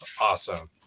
Awesome